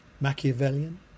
Machiavellian